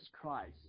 Christ